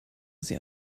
sie